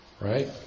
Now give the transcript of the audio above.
Right